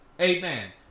Amen